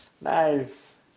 Nice